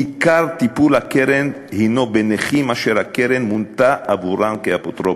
עיקר טיפול הקרן הנו בנכים אשר הקרן מונתה עבורם כאפוטרופוס.